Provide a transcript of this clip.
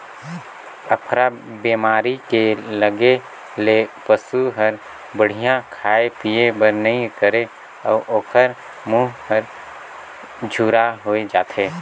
अफरा बेमारी के लगे ले पसू हर बड़िहा खाए पिए बर नइ करे अउ ओखर मूंह हर झूरा होय जाथे